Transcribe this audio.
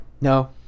No